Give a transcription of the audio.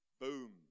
boom